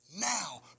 now